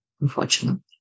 unfortunately